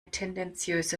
tendenziöse